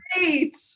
great